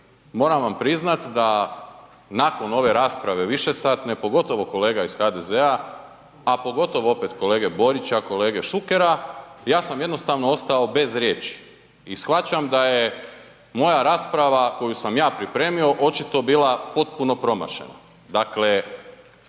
moram vam priznati da nakon ove rasprave višesatne pogotovo kolega iz HDZ-a, a pogotovo opet kolege Borića, kolega Šukera ja sam jednostavno ostao bez riječi. I shvaćam da je moja rasprava koju sam ja pripremio očito bila potpuno promašena.